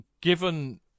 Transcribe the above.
given